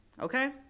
Okay